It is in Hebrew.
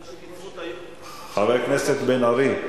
זה שקיצרו את סדר-היום --- חבר הכנסת בן-ארי,